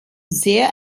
sehr